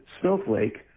Snowflake